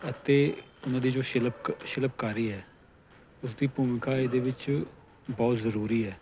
ਅਤੇ ਉਹਨਾਂ ਦੀ ਜੋ ਸ਼ਿਲਕ ਸ਼ਿਲਪਕਾਰੀ ਹੈ ਉਸ ਦੀ ਭੂਮਿਕਾ ਇਹਦੇ ਵਿੱਚ ਬਹੁਤ ਜ਼ਰੂਰੀ ਹੈ